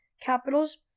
Capitals